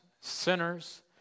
sinners